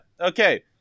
Okay